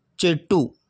చెట్టు